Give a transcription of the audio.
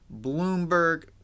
Bloomberg